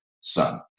son